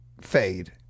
fade